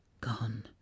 gone